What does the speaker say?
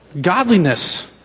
Godliness